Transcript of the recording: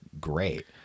great